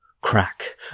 Crack